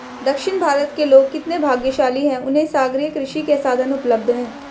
दक्षिण भारत के लोग कितने भाग्यशाली हैं, उन्हें सागरीय कृषि के साधन उपलब्ध हैं